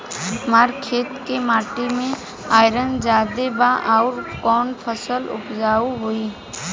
हमरा खेत के माटी मे आयरन जादे बा आउर कौन फसल उपजाऊ होइ?